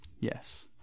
Yes